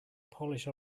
polish